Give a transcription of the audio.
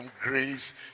grace